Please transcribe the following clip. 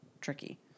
tricky